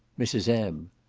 mrs. m.